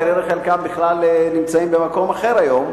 כנראה חלקם בכלל נמצאים במקום אחר היום,